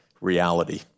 reality